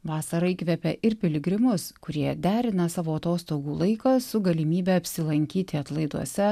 vasara įkvepia ir piligrimus kurie derina savo atostogų laiką su galimybe apsilankyti atlaiduose